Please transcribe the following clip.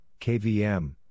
KVM